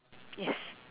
yes